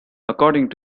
according